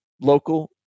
local